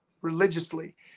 religiously